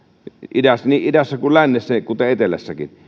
niin idässä lännessä kuin etelässäkin